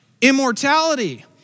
Immortality